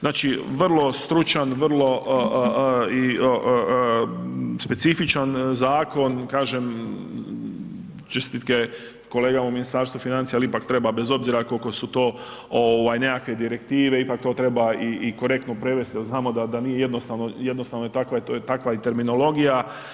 Znači vrlo stručan, vrlo i specifičan zakon, kažem, čestitke kolegama u Ministarstvu financija, ali ipak treba, bez obzira koliko su to nekakve direktive, ipak to treba i korektno prevesti jer znamo da nije jednostavno, jednostavno takva, takva je terminologija.